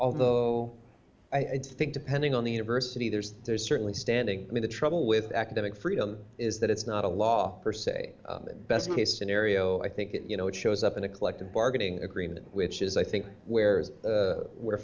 although i think depending on the university there's there's certainly standing me the trouble with academic freedom is that it's not a law per se best case scenario i think you know it shows up in a collective bargaining agreement which is i think where